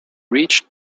reached